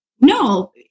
No